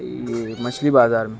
یہ مچھلی بازار میں